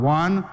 one